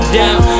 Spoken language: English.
down